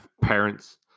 parents